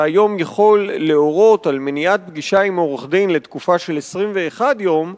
שהיום יכול להורות על מניעת פגישה עם עורך-דין לתקופה של 21 יום,